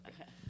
okay